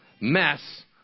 mess